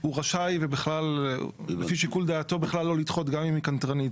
הוא רשאי ובכלל לפי שיקול דעתו בכלל לא לדחות גם אם היא קנטרנית,